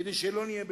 כדי שלא נהיה במלחמה,